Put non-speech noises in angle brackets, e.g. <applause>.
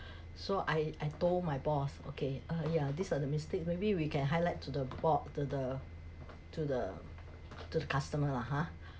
<breath> so I I told my boss okay uh ya these are the mistakes maybe we can highlight to the boss to the to the to the customer lah ha